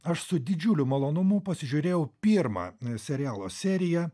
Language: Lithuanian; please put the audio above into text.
aš su didžiuliu malonumu pasižiūrėjau pirmą serialo seriją